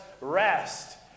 rest